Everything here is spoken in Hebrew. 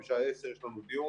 בשעה 10 יש לנו דיון.